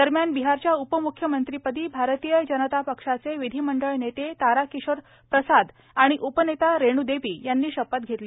दरम्यान बिहारच्या उपम्ख्यमंत्रीपदी भारतीय जनता पक्षाचे विधिमंडळ नेते ताराकिशोर प्रसाद आणि उपनेता रेणुदेवी यांनी शपथ घेतली